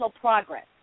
progress